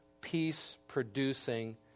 peace-producing